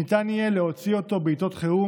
שניתן יהיה להוציא אותו בעיתות חירום